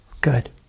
Good